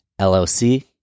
LLC